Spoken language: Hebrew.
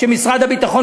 משרד הביטחון,